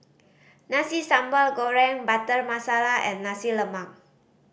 Nasi Sambal Goreng Butter Masala and Nasi Lemak